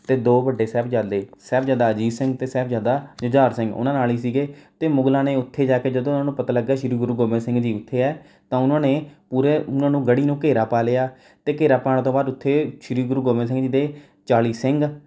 ਅਤੇ ਦੋ ਵੱਡੇ ਸਾਹਿਬਜ਼ਾਦੇ ਸਾਹਿਬਜ਼ਾਦਾ ਅਜੀਤ ਸਿੰਘ ਅਤੇ ਸਾਹਿਬਜ਼ਾਦਾ ਜੁਝਾਰ ਸਿੰਘ ਉਹਨਾਂ ਨਾਲ ਹੀ ਸੀਗੇ ਅਤੇ ਮੁਗਲਾਂ ਨੇ ਉੱਥੇ ਜਾ ਕੇ ਜਦੋਂ ਉਹਨਾਂ ਨੂੰ ਪਤਾ ਲੱਗਾ ਸ਼੍ਰੀ ਗੁਰੂ ਗੋਬਿੰਦ ਸਿੰਘ ਜੀ ਉੱਥੇ ਹੈ ਤਾਂ ਉਹਨਾਂ ਨੇ ਪੂਰੇ ਉਹਨਾਂ ਨੂੰ ਗੜੀ ਨੂੰ ਘੇਰਾ ਪਾ ਲਿਆ ਅਤੇ ਘੇਰਾ ਪਾਉਣ ਤੋਂ ਬਾਅਦ ਉੱਥੇ ਸ਼੍ਰੀ ਗੁਰੂ ਗੋਬਿੰਦ ਸਿੰਘ ਜੀ ਦੇ ਚਾਲੀ ਸਿੰਘ